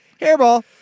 Hairball